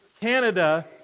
Canada